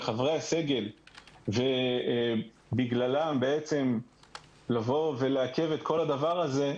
מחברי הסגל ובגללם בעצם לבוא ולעכב את כל הדבר הזה,